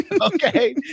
okay